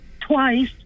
twice